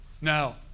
Now